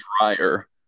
drier